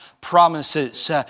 promises